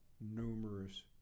numerous